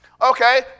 okay